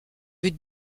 but